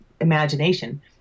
imagination